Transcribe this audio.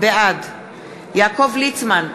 בעד יעקב ליצמן,